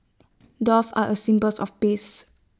doves are A symbols of peace